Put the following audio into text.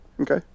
Okay